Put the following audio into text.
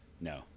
No